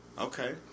Okay